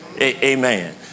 Amen